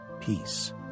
peace